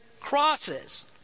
crosses